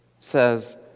says